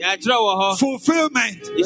fulfillment